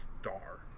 star